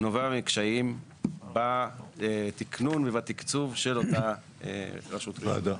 נובע מקשיים בתקנים ובתקצוב של אותה רשות או ועודה.